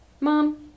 Mom